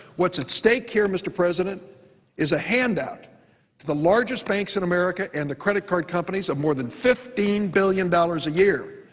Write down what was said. what's at stake here, mr. president is a handout to the largest banks in america and the credit card companies of more than fifteen billion dollars a year.